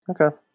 Okay